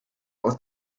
aus